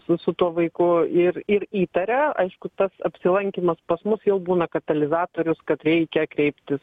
su su tuo vaiku ir ir įtaria aišku tas apsilankymas pas mus jau būna katalizatorius kad reikia kreiptis